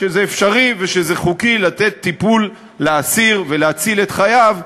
שזה אפשרי וזה חוקי לתת טיפול לאסיר ולהציל את חייו,